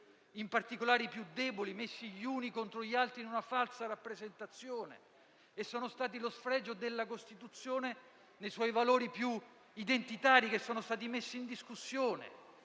in particolare i più deboli, messi gli uni contro gli altri in una falsa rappresentazione; e sono stati lo sfregio della Costituzione nei suoi valori più identitari, che sono stati messi in discussione.